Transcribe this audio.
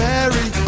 Mary